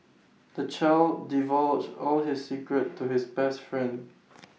the child divulged all his secret to his best friend